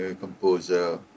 composer